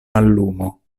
mallumo